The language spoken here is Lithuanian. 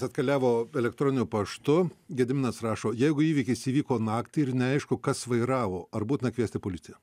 atkeliavo elektroniniu paštu gediminas rašo jeigu įvykis įvyko naktį ir neaišku kas vairavo ar būtina kviesti policiją